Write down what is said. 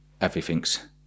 everything's